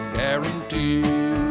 guaranteed